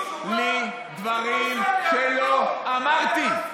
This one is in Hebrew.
מכניס לי דברים שלא אמרתי.